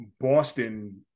Boston